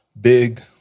big